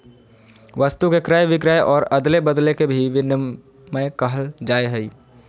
वस्तु के क्रय विक्रय और अदले बदले के भी विनिमय कहल जाय हइ